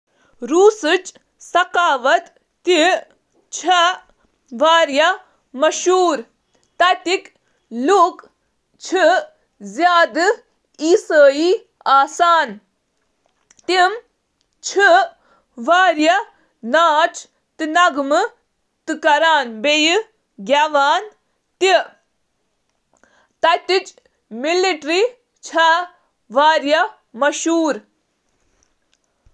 روسی ثقافتچ تشکیل چِھ اکہٕ آمرانہ طرز فکر سۭتۍ گژھان، لہذا نسلن درمیان تعلقات تہٕ چِھ احترام تہٕ تعریف سۭتۍ تشکیل یوان کرنہٕ۔ روسی ثقافت چِھ غأر انفرادی۔ اکھ مشہوٗر روٗسی وَنُن چُھ، "کانٛہہ چُھ نہٕ مٲدانہِ جنٛگس منٛز سِپاہی آسان۔"